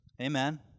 Amen